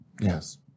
Yes